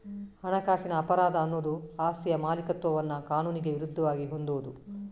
ಹಣಕಾಸಿನ ಅಪರಾಧ ಅನ್ನುದು ಆಸ್ತಿಯ ಮಾಲೀಕತ್ವವನ್ನ ಕಾನೂನಿಗೆ ವಿರುದ್ಧವಾಗಿ ಹೊಂದುವುದು